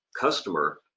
customer